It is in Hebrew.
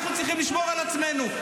אנחנו צריכים לשמור על עצמנו,